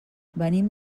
venim